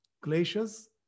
glaciers